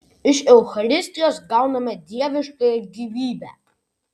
iš eucharistijos gauname dieviškąją gyvybę